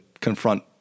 confront